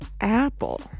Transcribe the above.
Apple